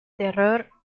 terror